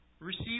Receive